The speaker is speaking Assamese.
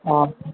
অ